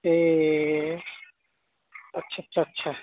ए आटसा आटसा आटसा